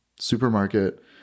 supermarket